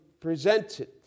presented